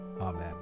Amen